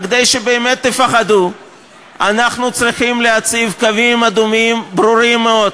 רק כדי שבאמת תפחדו אנחנו צריכים להציב קווים אדומים ברורים מאוד.